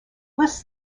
lists